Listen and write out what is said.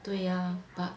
对 ah but